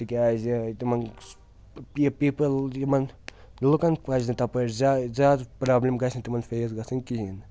تِکیٛازِ تِمَن پی پیٖپٕل یِمَن لُکَن پَزِ نہٕ تَپٲرۍ زیا زیادٕ پرٛابلِم گَژھِ نہٕ تِمَن فیس گَژھٕنۍ کِہیٖنۍ